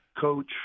coach